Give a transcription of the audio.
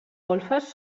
golfes